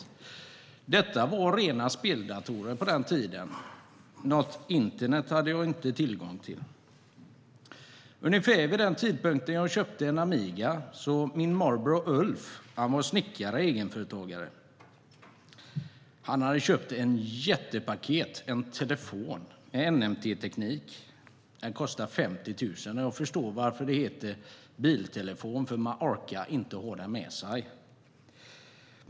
På den tiden var det rena speldatorer. Något internet hade jag inte tillgång till. Ungefär vid den tidpunkten som jag köpte en Amiga var min morbror Ulf snickare och egenföretagare. Han hade köpt ett jättepaket, en telefon med NMT-teknik. Den kostade 50 000 kronor. Jag förstår varför det hette biltelefon. Man orkade inte ha den med sig.